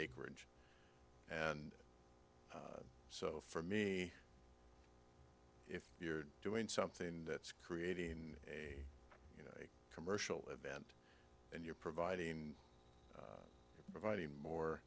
acreage and so for me if you're doing something that's creating a commercial event and you're providing providing more